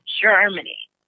Germany